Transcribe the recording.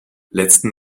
letzten